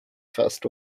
first